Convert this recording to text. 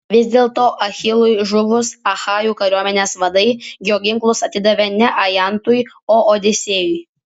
vis dėlto achilui žuvus achajų kariuomenės vadai jo ginklus atidavė ne ajantui o odisėjui